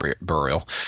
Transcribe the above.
Burial